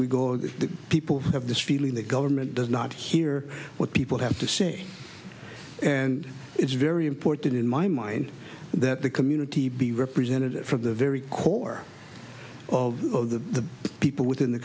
we go and the people have this feeling the government does not hear what people have to say and it's very important in my mind that the community be representative of the very core of the people within the